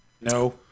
No